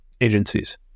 agencies